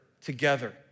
together